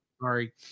Sorry